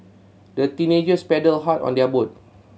the teenagers paddled hard on their boat